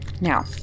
Now